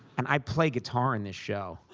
and i play guitar in this show.